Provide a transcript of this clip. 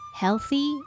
healthy